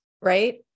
Right